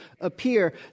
appear